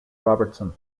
robertson